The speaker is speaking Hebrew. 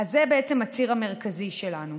זה הציר המרכזי שלנו.